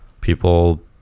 people